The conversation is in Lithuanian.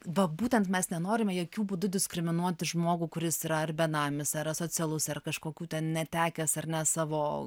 va būtent mes nenorime jokiu būdu diskriminuot žmogų kuris yra ar benamis ar asocialus ar kažkokių ten netekęs ar ne savo